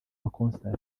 concert